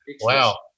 Wow